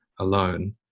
alone